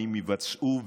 והם יבצעו,